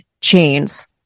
chains